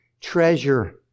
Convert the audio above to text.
treasure